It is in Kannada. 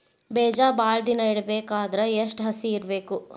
ಬೇಜ ಭಾಳ ದಿನ ಇಡಬೇಕಾದರ ಎಷ್ಟು ಹಸಿ ಇರಬೇಕು?